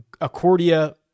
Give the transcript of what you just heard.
Accordia